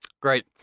Great